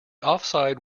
offside